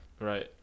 Right